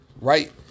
right